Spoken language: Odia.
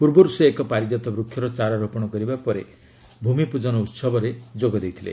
ପୂର୍ବରୁ ସେ ଏକ ପାରିଜାତ ବୃକ୍ଷର ଚାରା ରୋପଣ କରିବା ପରେ ଭୂମି ପୂଜନ ଉତ୍ସବରେ ଯୋଗଦେଇଥିଲେ